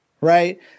right